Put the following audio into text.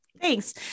Thanks